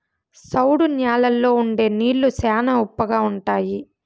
సౌడు న్యాలల్లో ఉండే నీళ్లు శ్యానా ఉప్పగా ఉంటాయి